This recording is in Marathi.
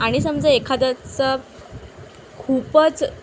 आणि समजा एखाद्याचा खूपच